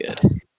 good